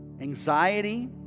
anxiety